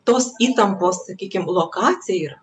tos įtampos sakykim lokacija yra